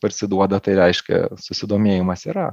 parsiduoda tai reiškia susidomėjimas yra